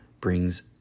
brings